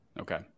Okay